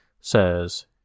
says